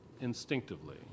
instinctively